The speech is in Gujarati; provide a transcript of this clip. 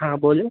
હા બોલો